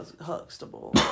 Huxtable